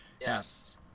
Yes